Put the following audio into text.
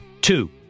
Two